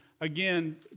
again